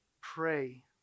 Pray